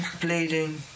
bleeding